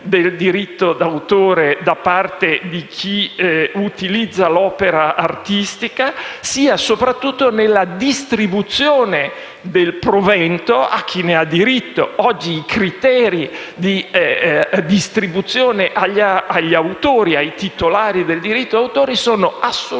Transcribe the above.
del diritto d'autore da chi utilizza l'opera artistica, sia soprattutto nella distribuzione del provento a chi ne ha dritto. Oggi i criteri di distribuzione ai titolari del diritto d'autore sono assolutamente